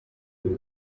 ibi